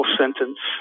sentence